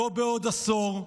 לא בעוד עשור.